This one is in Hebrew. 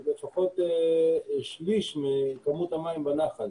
לפחות שליש מכמות המים בנחל